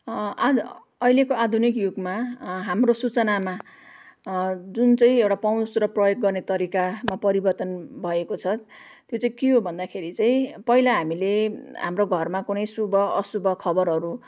आध अहिलेको आधुनिक युगमा हाम्रो सूचनामा जुन चाहिँ एउटा पहुँच र प्रयोग गर्ने तरिकामा परिवर्तन भएको छ त्यो चाहिँ के हो भन्दाखेरि चाहिँ पहिला हामीले हाम्रो घरमा कुनै शुभ अशुभ खबरहरू